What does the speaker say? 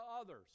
others